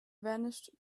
vanished